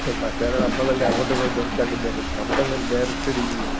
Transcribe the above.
മച്ചാനെ നമ്മളല്ലേ അങ്ങോട്ടും ഇങ്ങോട്ടും ചങ്കും ചങ്കും നമുക്കങ്ങ് നേരിട്ട് ഡീല് ചെയ്യാം